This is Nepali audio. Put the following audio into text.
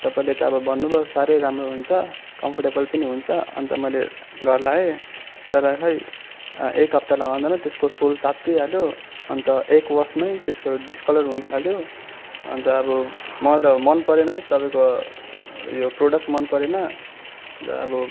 तपाईँले त अब भन्नु भयो साह्रै राम्रो हुन्छ कम्फोरटेबल पनि हुन्छ अन्त मैले घर ल्याएँ तर खोइ एक हप्ता लगाउँदामा त्यसको सोल च्यात्तिहाल्यो अन्त एक वासमै त्यसको डिसकलर हुन थाल्यो